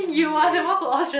day